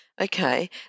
Okay